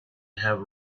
have